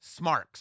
smarks